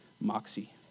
moxie